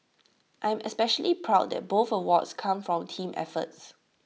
I am especially proud that both awards come from team efforts